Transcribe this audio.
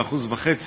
ב-1.5%,